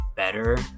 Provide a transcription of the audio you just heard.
better